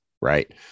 Right